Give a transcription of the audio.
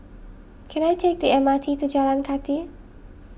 can I take the M R T to Jalan Kathi